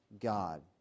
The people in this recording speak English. God